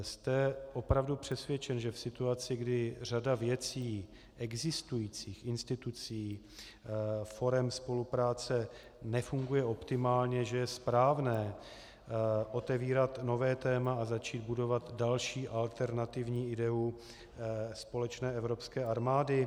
Jste opravdu přesvědčen, že v situaci, kdy řada věcí, existujících institucí, forem spolupráce nefunguje optimálně, je správné otevírat nové téma, začít budovat další alternativní ideu společné evropské armády?